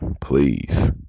Please